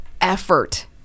effort